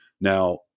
Now